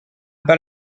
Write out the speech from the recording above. bas